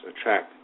attract